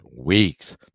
weeks